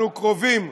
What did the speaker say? אנחנו קרובים,